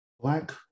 Black